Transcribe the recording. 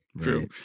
True